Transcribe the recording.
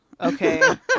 okay